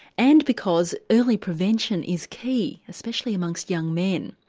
and, because early prevention is key, especially among so young men.